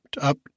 up